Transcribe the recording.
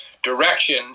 Direction